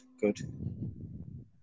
good